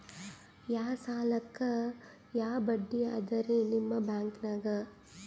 ಯಾ ಸಾಲಕ್ಕ ಯಾ ಬಡ್ಡಿ ಅದರಿ ನಿಮ್ಮ ಬ್ಯಾಂಕನಾಗ?